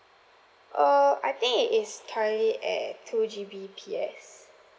uh I think it is currently at two G_B_P_S